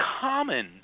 common